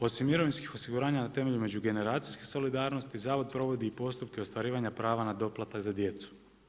Osim mirovinskih osiguranja na temelju međugeneracijske solidarnosti zavod provodi i postupke ostvarivanje prava na doplatak za djecu.